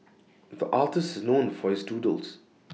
the artist is known for his doodles